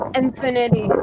infinity